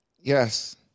Yes